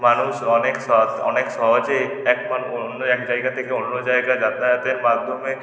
মানুষ অনেক অনেক সহজেই এক অন্য এক জায়গায় থেকে অন্য জায়গায় যাতায়াতের মাধ্যমে